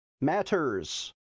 Matters